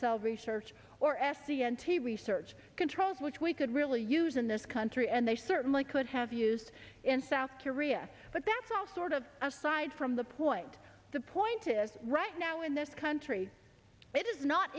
cell research or s c n to research controls which we could really use in this country and they certainly could have used in south korea but that's all sort of aside from the point the point is right now in this country it is not